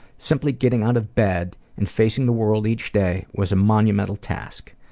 simply getting out of bed and facing the world each day was a monumental task.